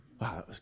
Wow